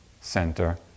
center